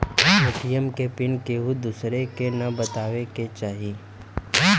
ATM के PIN केहू दुसरे के न बताए के चाही